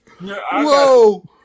whoa